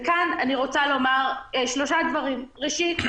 אני רוצה לומר כאן שלושה דברים: ראשית,